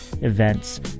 events